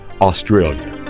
Australia